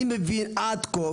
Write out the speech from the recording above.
אני מבין עד כה,